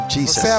Jesus